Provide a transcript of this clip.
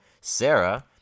Sarah